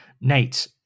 Nate